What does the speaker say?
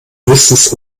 höchstens